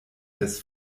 des